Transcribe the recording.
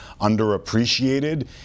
underappreciated